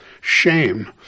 shame